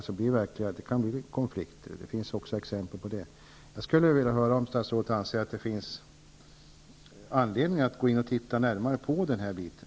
Då kan det uppstå konflikter. Det finns exempel i det sammanhanget. Anser statsrådet att det finns anledning att titta närmare på den här biten?